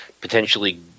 potentially